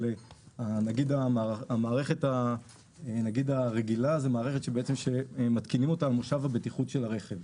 נגיד המערכת הרגילה זו מערכת שמתקינים אותה על מושב הבטיחות של הרכב.